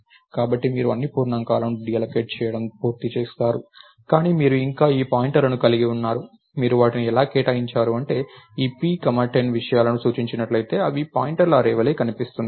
కాబట్టి మీరు అన్ని పూర్ణాంకాలను డీఅల్లోకేట్ చేయడం పూర్తి చేసారు కానీ మీరు ఇంకా ఈ పాయింటర్లను కలిగి ఉన్నారు మీరు వాటిని ఎలా కేటాయించారు అంటే ఈ p 10 విషయాలను సూచించినట్లు అయితే అవి పాయింటర్ల అర్రే వలే అనిపిస్తుంది